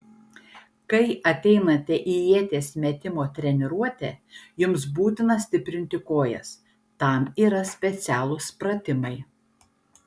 kai ateinate į ieties metimo treniruotę jums būtina stiprinti kojas tam yra specialūs pratimai